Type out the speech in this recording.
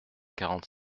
quarante